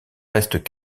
restent